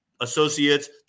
associates